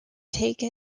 take